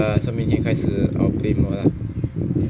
ya so 明天开始 obtain 我 lah